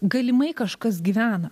galimai kažkas gyvena